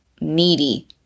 Needy